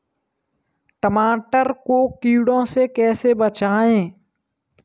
टमाटर को कीड़ों से कैसे बचाएँ?